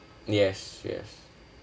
yes yes